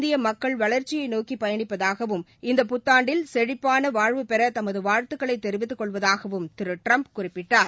இந்திய மக்கள் வளர்ச்சியை நோக்கி பயனிப்பதாகவும் இந்த புத்தாண்டில் செழிப்பான வாழ்வுபெற தமது வாழ்த்துக்களை தெரிவித்துக் கொள்வதாகவும் திரு ட்டிரம்ப் குறிப்பிட்டார்